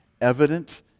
evident